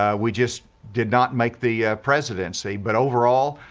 ah we just did not make the presidency. but overall,